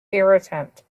irritant